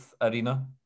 Arena